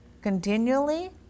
continually